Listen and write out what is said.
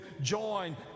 join